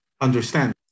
understand